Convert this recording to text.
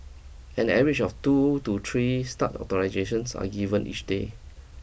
an average of two to three start authorisations are given each day